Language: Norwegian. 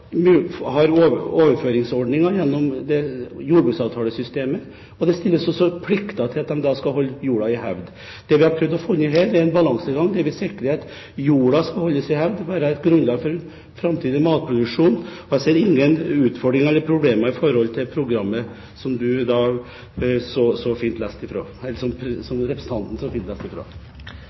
overføringsordninger gjennom jordbruksavtalesystemet. Det stilles også krav til at de skal holde jorda i hevd. Det vi har prøvd å finne her, er en balansegang. Vi vil sikre at jorda skal holdes i hevd og være et grunnlag for en framtidig matproduksjon. Jeg ser ingen utfordringer eller problemer i forhold til programmet som representanten så fint